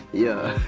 yeah.